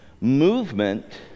movement